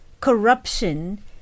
corruption